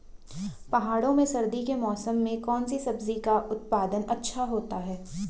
पहाड़ों में सर्दी के मौसम में कौन सी सब्जी का उत्पादन अच्छा होता है?